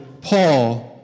Paul